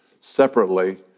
separately